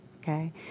okay